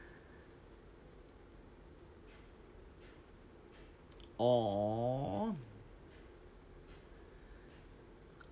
!aww!